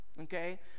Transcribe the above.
Okay